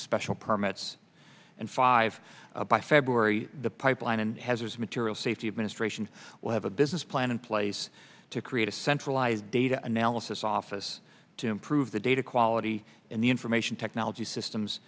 special permits and five by february the pipeline and hazardous materials safety administration will have a business plan in place to create a centralized data analysis office to improve the data quality in the information technology systems